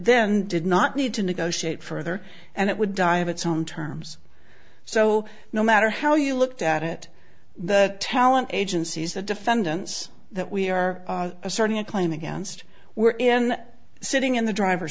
then did not need to negotiate further and it would die of it's own terms so no matter how you looked at it the talent agencies the defendants that we are asserting a claim against were in sitting in the driver